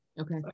okay